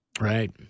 right